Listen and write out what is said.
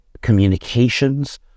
communications